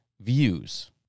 views